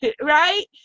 right